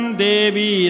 devi